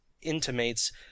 intimates